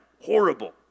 Horrible